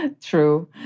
True